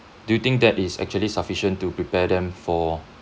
do you think that is actually sufficient to prepare them for